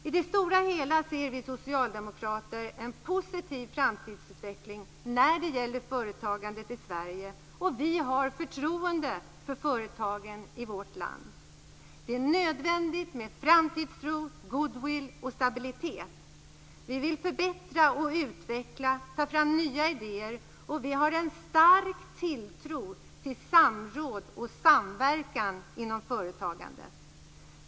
I det stora hela ser vi socialdemokrater en positiv framtidsutveckling när det gäller företagandet i Sverige. Vi har förtroende för företagen i vårt land. Det är nödvändigt med framtidstro, goodwill och stabilitet. Vi vill förbättra och utveckla, och vi vill ta fram nya idéer. Vidare har vi en stark tilltro till detta med samråd och samverkan inom företagandet.